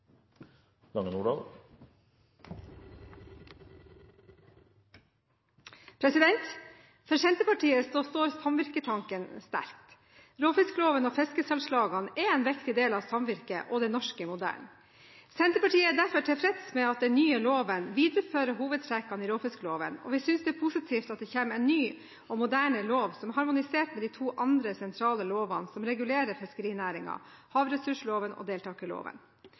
til det. For Senterpartiet står samvirketanken sterkt. Råfiskloven og fiskesalgslagene er en viktig del av samvirket og den norske modellen. Senterpartiet er derfor tilfreds med at den nye loven viderefører hovedtrekkene i råfiskloven, og vi synes det er positivt at det kommer en ny og moderne lov som er harmonisert med de to andre sentrale lovene som regulerer fiskerinæringen, havressursloven og